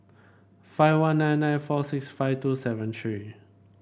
five one nine nine four six five two seven three